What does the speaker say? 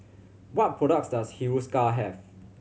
what products does Hiruscar have